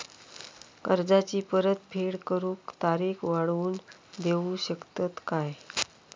कर्जाची परत फेड करूक तारीख वाढवून देऊ शकतत काय?